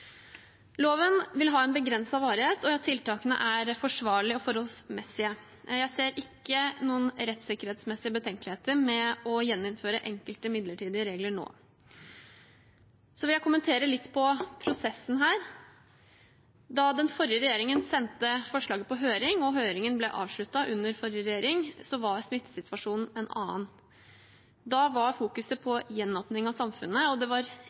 Loven vil ha en begrenset varighet, og tiltakene er forsvarlige og forholdsmessige. Jeg ser ikke noen rettssikkerhetsmessige betenkeligheter ved å gjeninnføre enkelte midlertidige regler nå. Jeg vil kommentere prosessen her litt. Da den forrige regjeringen sendte forslaget på høring og høringen ble avsluttet, også under den forrige regjeringen, var smittesituasjonen en annen. Da var gjenåpning av samfunnet i fokus, og det var